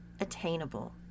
attainable